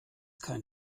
kein